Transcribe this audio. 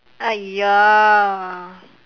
!aiya!